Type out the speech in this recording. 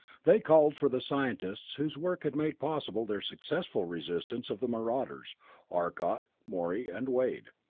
they called for the scientists whose work had made possible their successful resistance of the marauders arcot, morey and wade.